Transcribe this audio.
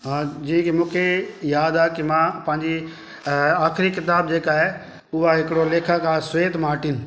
हा जी मूंखे यादि आहे की मां पंहिंजी आख़री क़िताबु जेका आहे उहा हिक लेखक आहे स्वेट माटीन